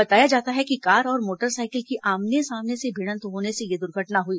बताया जाता है कि कार और मोटरसाइकिल की आमने सामने से भिडंत होने से यह दुर्घटना हुई